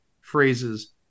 phrases